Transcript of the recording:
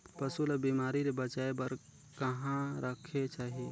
पशु ला बिमारी ले बचाय बार कहा रखे चाही?